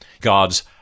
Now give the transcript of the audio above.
God's